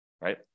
right